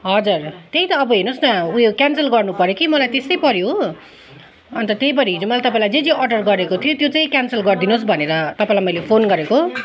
हजुर त्यही त अब हेर्नुहोस् न उयो क्यान्सल गर्नु पऱ्यो कि मलाई त्यस्तै पर्यो हो अन्त त्यही भएर हिजो मैले तपाईँलाई जे जे अर्डर गरेको थिएँ त्यो चाहिँ क्यान्सल गरिदिनोस् भनेर तपाईँलाई मैले फोन गरेको